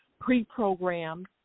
pre-programmed